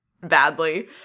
badly